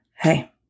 hey